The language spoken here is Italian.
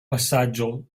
passaggio